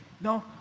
No